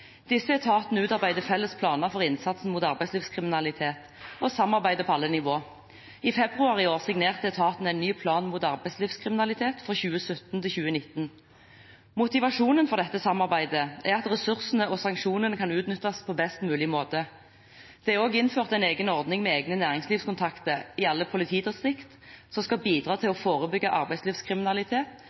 Disse etatene utarbeider felles planer for innsatsen mot arbeidslivskriminalitet og samarbeider på alle nivåer. I februar i år signerte etatene en ny plan mot arbeidslivskriminalitet for 2017–2019. Motivasjonen for dette samarbeidet er at ressursene og sanksjonene skal utnyttes på best mulig måte. Det er også innført en ordning med egne næringslivskontakter i alle politidistrikter som skal bidra til å forebygge arbeidslivskriminalitet